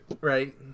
Right